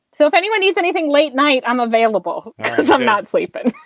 so if anyone needs anything late night, i'm available i'm not sleeping.